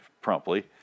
promptly